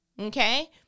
Okay